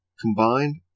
Combined